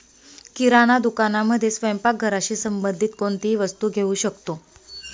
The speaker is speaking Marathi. किराणा दुकानामध्ये स्वयंपाक घराशी संबंधित कोणतीही वस्तू घेऊ शकतो